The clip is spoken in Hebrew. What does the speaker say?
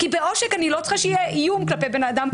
כי בעושק אני לא צריכה שיהיה איום כלפי בן אדם.